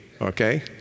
okay